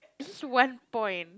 it's just one point